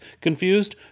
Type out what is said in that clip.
Confused